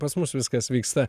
pas mus viskas vyksta